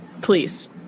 please